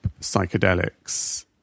psychedelics